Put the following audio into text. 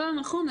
נכון,